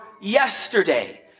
yesterday